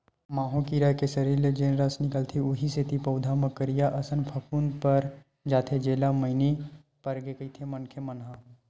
माहो कीरा के सरीर ले जेन रस निकलथे उहीं सेती पउधा म करिया असन फफूंद पर जाथे जेला मइनी परगे कहिथे मनखे मन ह